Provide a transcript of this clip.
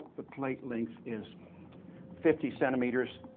the plate length is fifty centimeters.